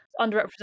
underrepresented